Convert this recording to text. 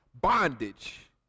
Bondage